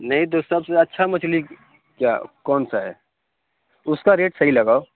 نہیں تو سب سے اچھا مچھلی کیا کون سا ہے اس کا ریٹ صحیح لگاؤ